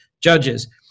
judges